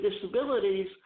disabilities